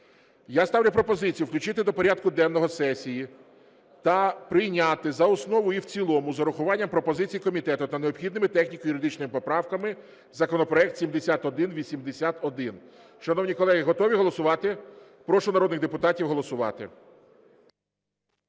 Я ставлю пропозицію включити до порядку денного сесії та прийняти за основу і в цілому з урахуванням пропозицій комітету та необхідними техніко-юридичними поправками законопроект 7181. Шановні колеги, готові голосувати? Прошу народних депутатів голосувати.